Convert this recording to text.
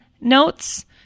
notes